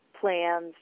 plans